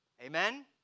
Amen